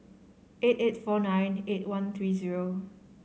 eight eight four nine eight one three zero